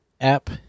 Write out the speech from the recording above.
app